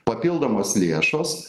papildomos lėšos